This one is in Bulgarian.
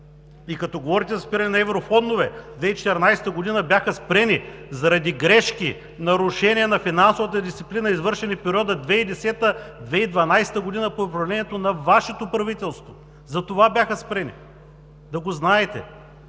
Като говорите за спиране на еврофондове – през 2014 г. бяха спрени заради грешки, нарушения на финансовата дисциплина, извършени в периода 2010 – 2012 г., при управлението на Вашето правителство. Затова бяха спрени, да го знаете.